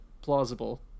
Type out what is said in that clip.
plausible